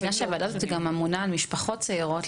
כיוון שהוועדה הזו אמונה על משפחות צעירות,